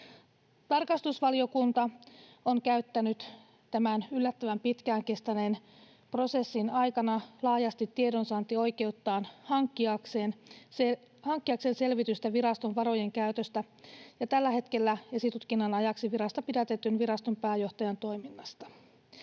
Tarkastusvaliokunta on käyttänyt tämän yllättävän pitkään kestäneen prosessin aikana laajasti tiedonsaantioikeuttaan hankkiakseen selvitystä viraston varojen käytöstä ja tällä hetkellä esitutkinnan ajaksi virasta pidätetyn viraston pääjohtajan toiminnasta.